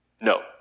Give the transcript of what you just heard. No